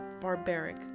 barbaric